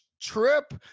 trip